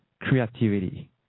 creativity